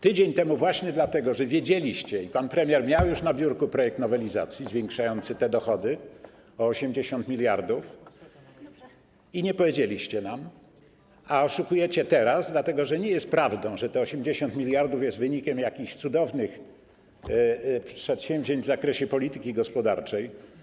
Tydzień temu właśnie dlatego, że wiedzieliście, pan premier miał już na biurku projekt nowelizacji zwiększający te dochody o 80 mld i nie powiedzieliście nam, a oszukujecie teraz, dlatego że nie jest prawdą, że te 80 mld jest wynikiem jakichś cudownych przedsięwzięć w zakresie polityki gospodarczej.